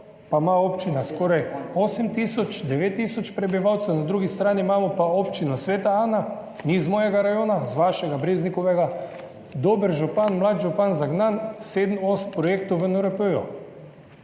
pa ima občina skoraj osem tisoč, devet tisoč prebivalcev, na drugi strani imamo pa občino Sveta Ana, ni z mojega rajona, z vašega, Breznikovega, dober župan, mlad župan, zagnan – sedem, osem projektov v NRP.